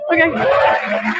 okay